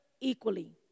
equally